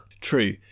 True